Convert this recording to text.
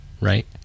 right